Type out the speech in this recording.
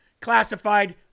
classified